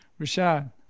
Rashad